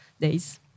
days